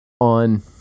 on